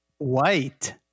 White